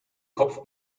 kopf